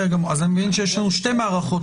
לעשות איזשהו ניסיון להעמיד שופט בכל אחת מראשות